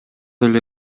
эле